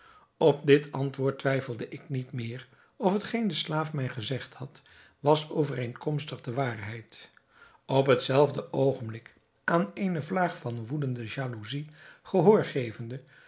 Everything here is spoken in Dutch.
op dit antwoord twijfelde ik niet meer of hetgeen de slaaf mij gezegd had was overeenkomstig de waarheid op het zelfde oogenblik aan eene vlaag van woedende jaloezij gehoor